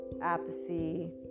apathy